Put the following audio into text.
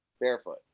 barefoot